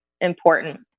important